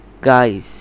Guys